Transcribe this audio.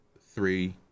three